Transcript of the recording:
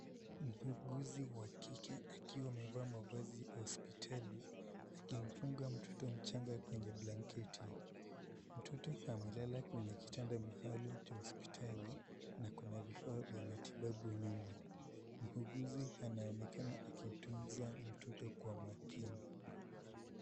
Muuguzi wa kike akiwa amevaa mavazi hospitali, akimfunga mtoto mchanga kwenye blanketi. Mtoto amelala kwenye kitanda maalum cha hospitali, na kuna vifaa vya matibabu nyuma. Muuguzi anaonekana akimtunza mtoto kwa makini.